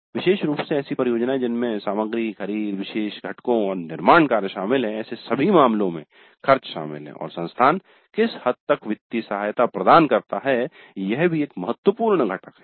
विशेष रूप से ऐसी परियोजनाएं जिनमें सामग्री की खरीद विशेष घटकों और निर्माण कार्य शामिल हैं ऐसे सभी मामलों में खर्च शामिल हैं और संस्थान किस हद तक वित्तीय सहायता प्रदान करता है यह भी एक महत्वपूर्ण घटक है